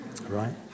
right